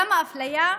למה אפליה?